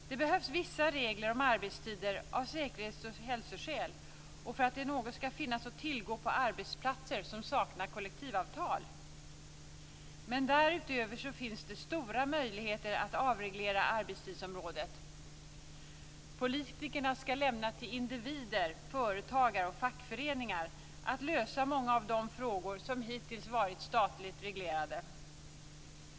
Det behövs vissa regler om arbetstider av säkerhets och hälsoskäl och för att något skall finnas att tillgå på arbetsplaster som saknar kollektivavtal. Men därutöver finns stora möjligheter att avreglera arbetstidsområdet. Politikerna skall lämna till individer, företagare och fackföreningar att lösa många av de frågor som hittills varit statligt reglerade.